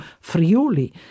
Friuli